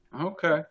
Okay